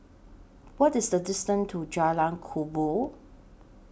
What IS The distance to Jalan Kubor